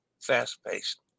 fast-paced